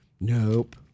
Nope